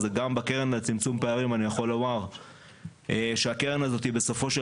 אז גם בקרן לצמצום פערים אני יכול לומר שהקרן הזאת בסופו של